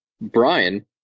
Brian